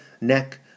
neck